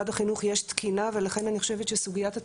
במשרד החינוך,